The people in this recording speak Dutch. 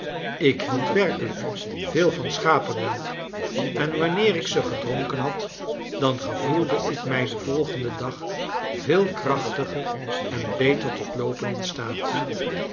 ik hield werkelijk veel van schapemelk en wanneer ik ze gedronken had dan gevoelde ik mij den volgenden dag veel krachtiger en beter tot loopen instaat